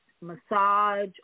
massage